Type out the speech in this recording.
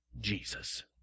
Jesus